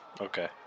Okay